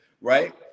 right